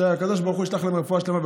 שהקדוש ברוך הוא ישלח להם רפואה שלמה,